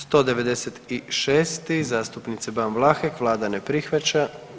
196. zastupnice Ban Vlahek, vlada ne prihvaća.